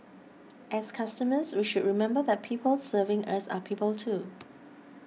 as customers we should remember that the people serving us are people too